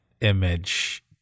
image